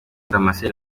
damascene